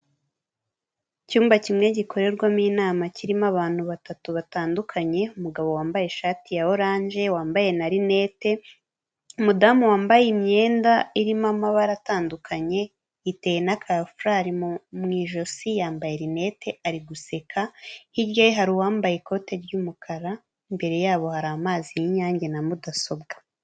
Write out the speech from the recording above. Icyumba kimwe gikorerwamo inama kirimo abantu batatu batandukanye, umugabo wambaye ishati ya oranje wambaye ma rinete, umudamu wambaye imyenda irimo amabara atandukanye afiite n'agafurari mu ijosi yambaye rinete ari guseka, hirya ye hari uwambaye ikote ry'umukara, imbere yabo hari amazi y'inyange na mudasobwa.